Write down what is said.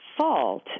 fault